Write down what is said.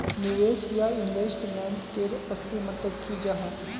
निवेश या इन्वेस्टमेंट तेर असली मतलब की जाहा?